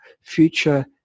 future